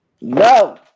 No